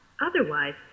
Otherwise